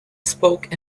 spoke